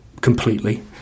completely